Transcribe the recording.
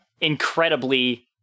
incredibly